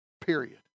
period